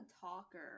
talker